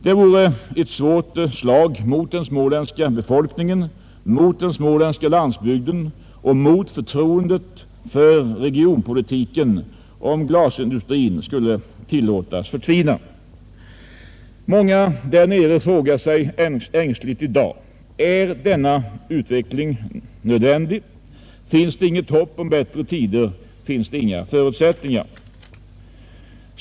Det vore ett hårt slag mot den småländska befolkningen, mot den småländska landsbygden och mot förtroendet för regionpolitiken om glasindustrin skulle tillåtas förtvina. Många frågar sig ängsligt i dag: Är denna utveckling nödvändig? Finns det inget hopp om bättre tider, finns det inga förutsättningar?